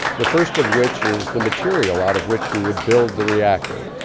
the first of which is the material out of which you would build the reactor.